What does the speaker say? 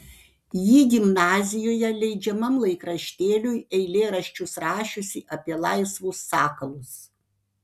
ji gimnazijoje leidžiamam laikraštėliui eilėraščius rašiusi apie laisvus sakalus